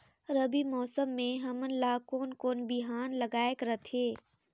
रबी मौसम मे हमन ला कोन कोन बिहान लगायेक रथे?